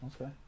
Okay